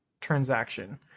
transaction